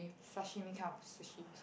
sashimi kind of sushi